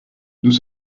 nous